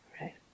right